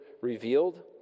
revealed